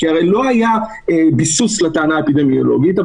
הרי לא היה ביסוס לטענה האפידמיולוגית,